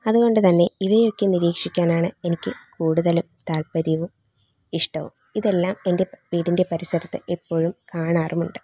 അതുകൊണ്ടുതന്നെ ഇവയൊക്കെ നിരീക്ഷിക്കാനാണ് എനിക്ക് കൂടുതലും താല്പര്യവും ഇഷ്ടവും ഇതെല്ലാം എൻ്റെ വീടിൻ്റെ പരിസരത്ത് എപ്പോഴും കാണാറുമുണ്ട്